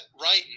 right